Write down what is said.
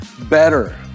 Better